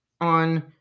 on